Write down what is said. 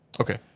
Okay